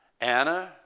Anna